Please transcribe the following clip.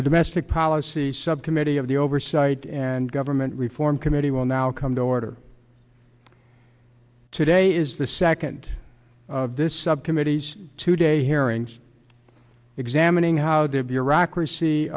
domestic policy subcommittee of the oversight and government reform committee will now come to order today is the second of this subcommittees today hearings examining how their bureaucracy